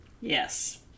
Yes